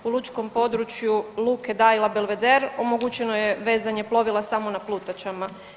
U lučkom području Luke Dajla-Belveder omogućeno je vezanje plovila samo na plutačama.